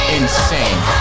insane